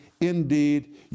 indeed